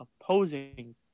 opposing